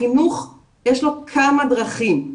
לחינוך יש כמה דרכים.